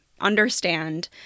understand